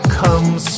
comes